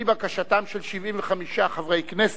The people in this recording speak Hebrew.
על-פי בקשתם של 75 חברי כנסת,